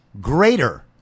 greater